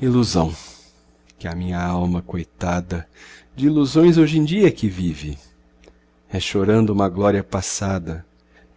ilusão que a minha alma coitada de ilusões hoje em dia é que vive é chorando uma gloria passada